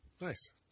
Nice